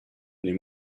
les